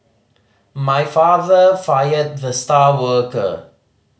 my father fired the star worker